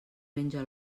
menja